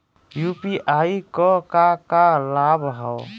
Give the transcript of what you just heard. UPI क का का लाभ हव?